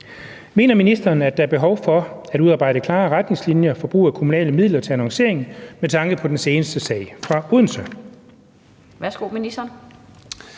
Mener ministeren, at der er behov for at udarbejde klarere retningslinjer for brug af kommunale midler til annoncering, med tanke på den seneste sag fra Odense? Skriftlig